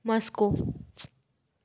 Moscow